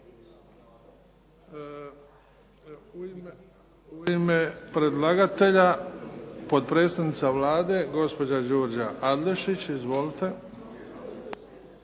U ime predlagatelja potpredsjednica Vlade gospođa Đurđa Adlešić. Izvolite.